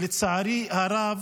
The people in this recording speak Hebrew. שלצערי הרב